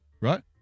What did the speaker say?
Right